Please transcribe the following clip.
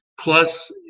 Plus